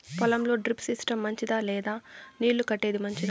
పొలం లో drip system మంచిదా లేదా నీళ్లు కట్టేది మంచిదా?